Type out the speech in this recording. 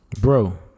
Bro